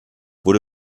wurde